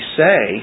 say